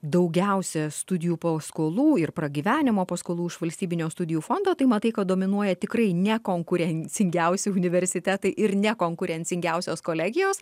daugiausia studijų paskolų ir pragyvenimo paskolų iš valstybinio studijų fondo tai matai kad dominuoja tikrai ne konkurencingiausi universitetai ir nekonkurencingiausios kolegijos